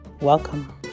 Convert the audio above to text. Welcome